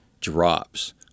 drops